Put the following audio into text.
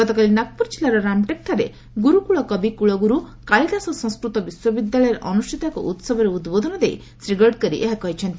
ଗତକାଲି ନାଗପୁର କିଲ୍ଲାର ରାମଟେକ୍ଠାରେ ଗୁରୁକୁଳ କବି କୁଳଗୁରୁ କାଳିଦାସ ସଂସ୍କୃତ ବିଶ୍ୱବିଦ୍ୟାଳୟରେ ଅନୁଷ୍ଠିତ ଏକ ଉସବରେ ଉଦ୍ବୋଧନ ଦେଇ ଶ୍ରୀ ଗଡ଼କରୀ ଏହା କହିଛନ୍ତି